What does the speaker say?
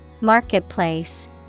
Marketplace